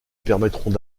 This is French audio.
permettront